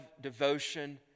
devotion